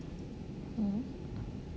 mm